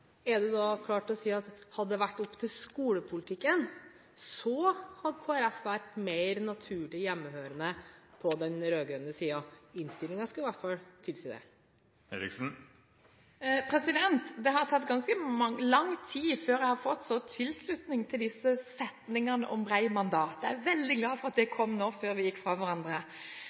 er representanten klar til å si at hadde det vært opp til skolepolitikken, hadde Kristelig Folkeparti vært mer naturlig hjemmehørende på den rød-grønne siden? Innstillingen skulle i hvert fall tilsi det. Det har tatt ganske lang tid før jeg har fått tilslutning til disse setningene om bredt mandat. Jeg er veldig glad for at det kom nå før vi går fra hverandre.